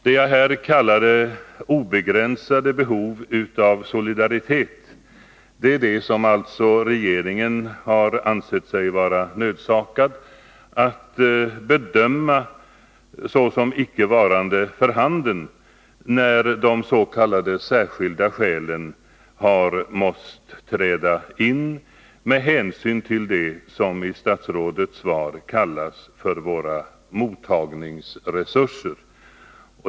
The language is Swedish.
Den solidaritet som behövs är det som regeringen alltså ansett sig vara nödsakad att bedöma såsom otillräckligt när de s.k. särskilda skälen har måst träda in med hänsyn till det som i statsrådets svar kallas för våra mottagningsresurser.